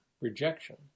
rejection